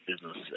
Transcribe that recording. Business